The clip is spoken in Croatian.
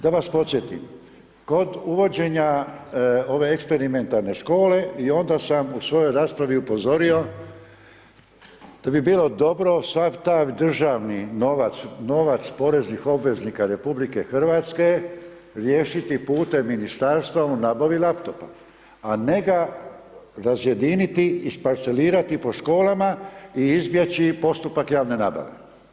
Da vas podsjetim, kod uvođenja ove eksperimentalne škole i onda sam u svojoj raspravi upozorio da bi bilo dobro sav taj državni novac, novac poreznih obveznika Republike Hrvatske, riješiti putem Ministarstva u nabavi laptopa, a ne ga razjediniti, ispalcelirati po školama i izbjeći postupak javne nabave.